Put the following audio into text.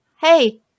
Hey